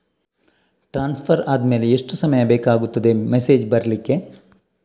Transfer ಆದ್ಮೇಲೆ ಎಷ್ಟು ಸಮಯ ಬೇಕಾಗುತ್ತದೆ ಮೆಸೇಜ್ ಬರ್ಲಿಕ್ಕೆ?